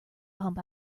pump